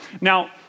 Now